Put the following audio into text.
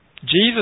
Jesus